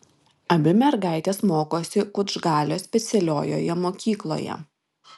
abi mergaitės mokosi kučgalio specialiojoje mokykloje